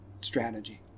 strategy